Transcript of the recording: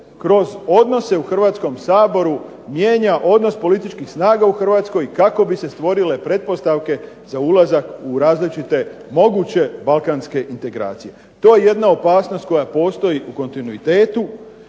kroz odnose u Hrvatskom saboru mijenja odnos političkih snaga u Hrvatskoj kako bi se stvorile pretpostavke za ulazak u različite moguće balkanske integracije. To je jedna opasnost koja postoji u kontinuitetu